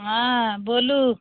हँ बोलू